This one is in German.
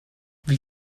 wie